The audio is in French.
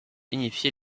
unifier